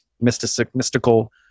mystical